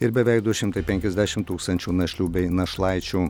ir beveik du šimtai penkiasdešimt tūkstančių našlių bei našlaičių